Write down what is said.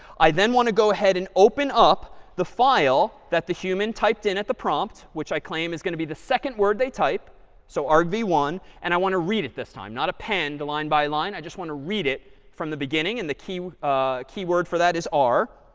i then want to go ahead and open up the file that the human typed in at the prompt which i claim is going to be the second word they type so argv one. and i want to read it this time, not append line-by-line, i just want to read it from the beginning. and the key keyword for that is r.